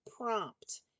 prompt